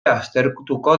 aztertuko